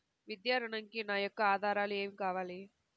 విద్యా ఋణంకి నా యొక్క ఆధారాలు ఏమి కావాలి?